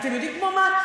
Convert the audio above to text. אתם יודעים כמו מה?